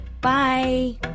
bye